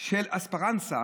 של אספרנסה